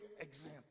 example